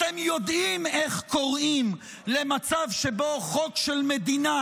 אתם יודעים איך קוראים למצב שבו חוק של מדינה